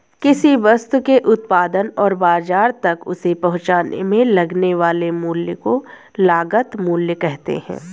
किसी वस्तु के उत्पादन और बाजार तक उसे पहुंचाने में लगने वाले मूल्य को लागत मूल्य कहते हैं